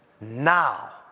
Now